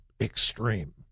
extreme